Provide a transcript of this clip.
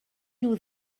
nhw